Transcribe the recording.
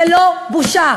זה לא בושה.